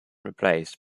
replaced